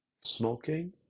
smoking